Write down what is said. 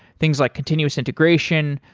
things like continuous integration,